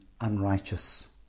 unrighteous